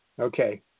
Okay